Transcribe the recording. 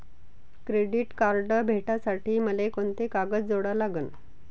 Credit card भेटासाठी मले कोंते कागद जोडा लागन?